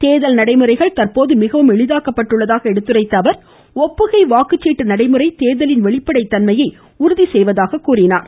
தோதல் நடைமுறைகள் தற்போது மிகவும் எளிதாக்கப்பட்டுள்ளதாக எடுத்துரைத்த அவர் ஒப்புகை வாக்குச்சீட்டு நடைமுறை தேர்தலின் வெளிப்படைத் தன்மையை உறுதி செய்வதாக குறிப்பிட்டார்